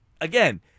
Again